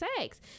sex